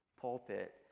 pulpit